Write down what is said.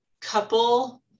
couple